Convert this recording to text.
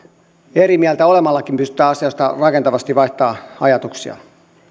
ja eri mieltä olemallakin pystymme asioista rakentavasti vaihtamaan ajatuksia